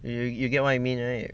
you you you you get what you mean right